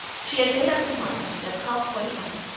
she had made up her mind that, cost what it might,